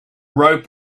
rope